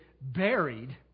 buried